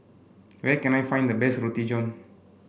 where can I find the best Roti John